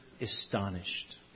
astonished